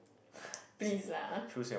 please lah